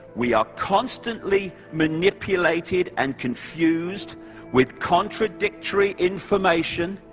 we are constantly manipulated and confused with contradictory information,